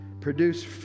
Produce